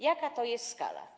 Jaka to jest skala?